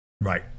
Right